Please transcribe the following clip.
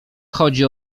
chodzi